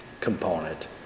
component